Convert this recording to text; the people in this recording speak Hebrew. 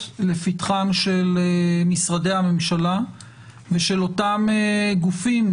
לפתחם של משרדי הממשלה ושל אותם גופים,